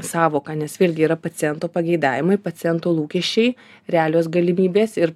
sąvoką nes vėlgi yra paciento pageidavimai paciento lūkesčiai realios galimybės ir